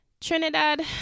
Trinidad